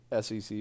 SEC